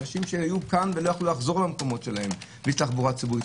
אנשים שלא יכלו לחזור למקומות שלהם בלי תחבורה ציבורית.